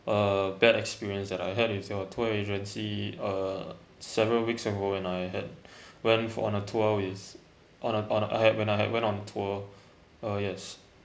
a bad experience that I had with your tour agency uh several weeks ago when I had went for on a tour is on a on a had when I had went on tour uh yes